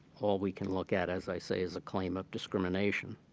all we can look at, as i say, is a claim of discrimination.